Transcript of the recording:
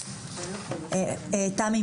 תמי,